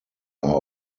are